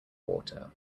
water